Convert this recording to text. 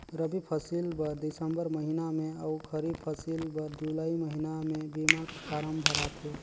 रबी फसिल बर दिसंबर महिना में अउ खरीब फसिल बर जुलाई महिना में बीमा फारम भराथे